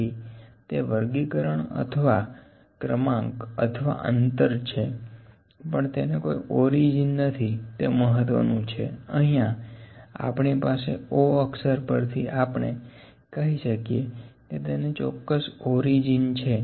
તેથી તે વર્ગીકરણ અથવા ક્રમાંક અથવા અંતર છે પણ તેને કોઈ ઓરીજીન નથી તે મહત્વનું છે અહીંયા આપણી પાસે O અક્ષર પરથી આપણે કહી શકીએ કે તેને ચોકકસ ઓરિજીન છે